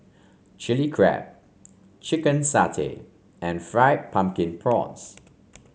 Chili Crab Chicken Satay and Fried Pumpkin Prawns